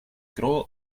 cruel